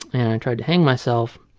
and i tried to hang myself.